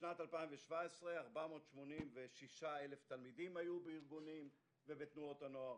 בשנת 2017 486,000 תלמידים היו בארגונים ובתנועות הנוער.